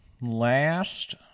last